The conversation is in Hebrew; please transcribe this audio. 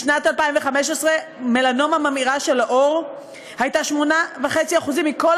בשנת 2015 מלנומה ממאירה של העור הייתה 8.5% מכל